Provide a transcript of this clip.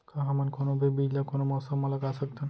का हमन कोनो भी बीज ला कोनो मौसम म लगा सकथन?